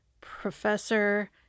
Professor